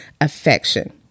affection